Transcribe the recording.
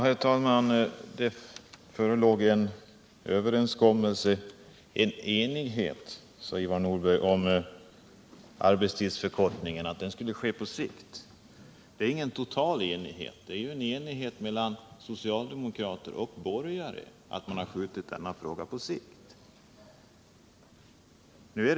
Herr talman! Det förelåg en överenskommelse och en enighet, sade Ivar Nordberg, om att arbetstidsförkortningen skulle ske på sikt. Men det är ingen total enighet — det är ju en enighet mellan socialdemokrater och borgare om att man skall skjuta på denna fråga och lösa den på sikt.